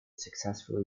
successfully